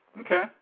Okay